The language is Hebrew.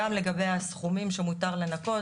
גם לגבי הסכומים שמותר לנכות,